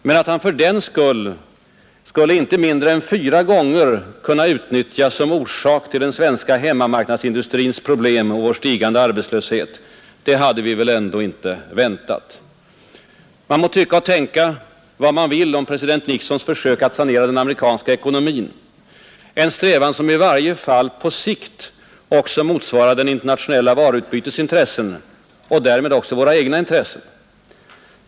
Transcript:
Men att han för den skull inte mindre än fyra gånger skulle kunna utnyttjas som orsak till den svenska hemmamarknadsindustrins problem och vår stigande arbetslöshet, det hade vi väl ändå inte väntat. Man må tycka och tänka vad man vill om president Nixons försök att sanera den amerikanska ekonomin, en strävan som i varje fall på sikt också motsvarar det internationella varuutbytets och därmed också våra egna intressen.